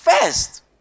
first